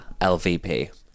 LVP